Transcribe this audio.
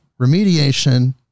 remediation